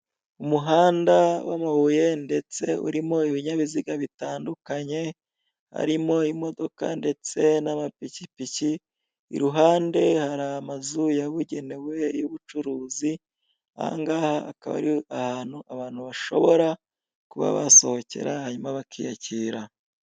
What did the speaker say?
Umuhanda w'amabuye ndetse urimo ibinyabiziga bitandukanye harimo imodoka ndetse n'amapikipiki, iruhande hari amazu yabugenewe y'ubucuruzi ahangaha akaba ari ahantu abantu bashobora kuba basohokera hanyuma bakiyakira.